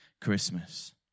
Christmas